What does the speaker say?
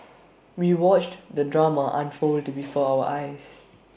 we watched the drama unfold before our eyes